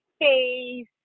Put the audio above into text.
face